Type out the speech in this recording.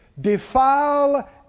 defile